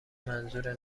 منظور